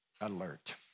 alert